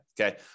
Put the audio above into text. Okay